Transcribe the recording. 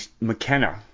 McKenna